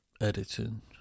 editing